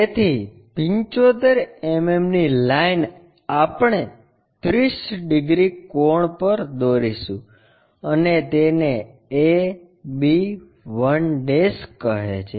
તેથી 75 mmની લાઇન આપણે 30 ડિગ્રી કોણ પર દોરીશું અને તેને 1 b 1 કહે છે